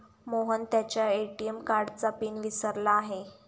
मोहन त्याच्या ए.टी.एम कार्डचा पिन विसरला आहे